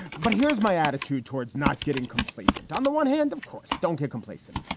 but here's my attitude towards not getting complacent. on the one hand, of course, don't get complacent.